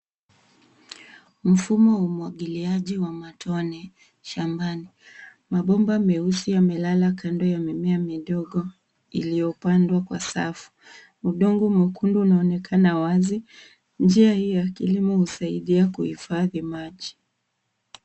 Mfumo wa umwagiliaji wa matone shambani. Mabomba meusi yamelala kando ya mimea midogo iliyopandwa kwa safu. Udondo mwekundu unaonekana wazi. Njia hiyo ya kilimo husaidia kuhifadhi maji.